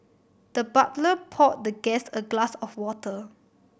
the butler poured the guest a glass of water